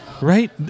Right